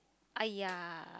!aiya!